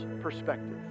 perspective